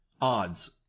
Odds